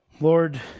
Lord